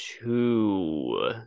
Two